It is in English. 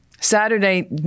Saturday